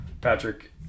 Patrick